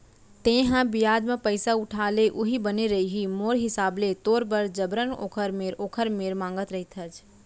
तेंहा बियाज म पइसा उठा ले उहीं बने रइही मोर हिसाब ले तोर बर जबरन ओखर मेर ओखर मेर मांगत रहिथस